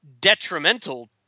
detrimental